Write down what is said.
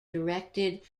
directed